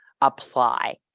apply